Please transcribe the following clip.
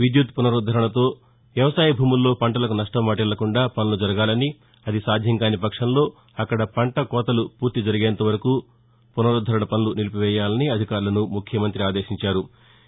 విద్యుత్ పునరుద్దరణకో వ్యవసాయ భూముల్లో పంటలకు నష్టం వాటిల్లకుండా పనులు జరగాలని అది సాధ్యం కాని పక్షంలో అక్కడ పంట కోతలు పూర్తి జరిగేంతవరకు విద్యుత్ పునరుద్దరణ పనులను నిలిపివేయాలని అధికారులను ముఖ్యమంతి చంద్రదబాబు నాయుడు ఆదేశించారు